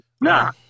Nah